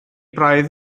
braidd